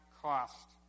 cost